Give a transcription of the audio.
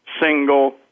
single